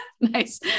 Nice